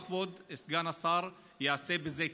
מה כבוד סגן השר יעשה בזה?